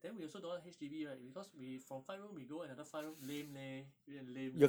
then we also don't want H_D_B right because we from five room we go another five room lame leh 有一点 lame leh